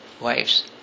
wives